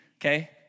Okay